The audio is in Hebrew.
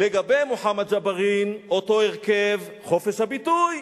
לגבי מוחמד ג'בארין, אותו הרכב, חופש הביטוי,